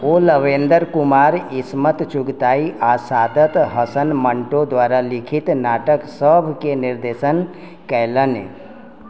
ओ लवेंदर कुमार ईस्मत चुगताई आ सादत हसन मंटो द्वारा लिखित नाटकसभकेँ निर्देशन कएलनि